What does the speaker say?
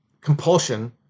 compulsion